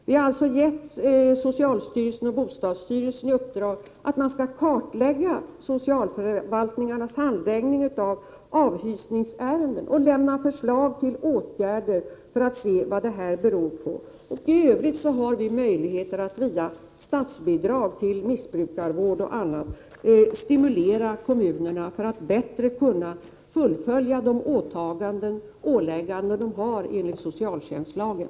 Jag har därför gett socialstyrelsen och bostadsstyrelsen i uppdrag att kartlägga socialförvaltningarnas handläggning av avhysningsärenden och lämna förslag till åtgärder. Vi vill se vad det hela beror på. I övrigt har vi möjlighet att via statsbidrag till missbrukarvård och annat stimulera kommunerna att bättre fullfölja sina åtaganden och åligganden enligt socialtjänstlagen.